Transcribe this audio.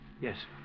yes